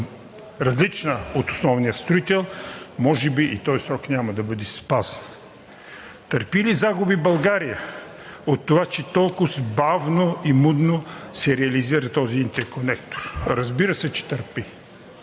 различна от основния строител, може би и този срок няма да бъде спазен. Търпи ли загуби България от това, че толкова бавно и мудно се реализира този интерконектор? Разбира се, че търпи.